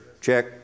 check